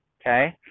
okay